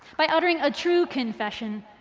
by uttering a true confession